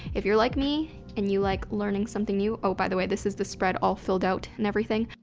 if you're like me and you like learning something new, oh by the way, this is the spread all filled out and everything.